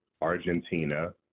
Argentina